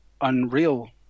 unreal